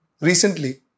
recently